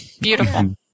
beautiful